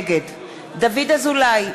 נגד דוד אזולאי,